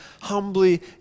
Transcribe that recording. humbly